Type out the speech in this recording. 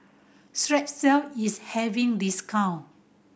Strepsils is having discount